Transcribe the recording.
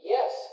Yes